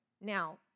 now